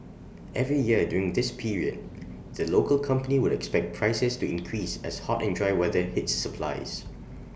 every year during this period the local company would expect prices to increase as hot and dry weather hits supplies